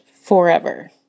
forever